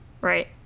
Right